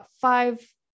five